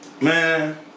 Man